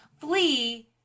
flee